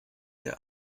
der